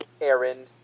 Aaron